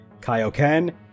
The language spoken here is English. Kaioken